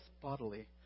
bodily